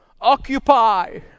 occupy